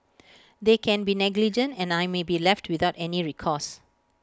they can be negligent and I may be left without any recourse